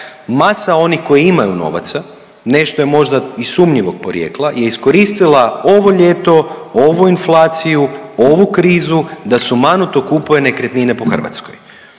masa onih koji imaju novaca, nešto je možda i sumnjivog porijekla je iskoristila ovo ljeto, ovu inflaciju, ovu krizu da sumanuto kupuje nekretnine po Hrvatskoj,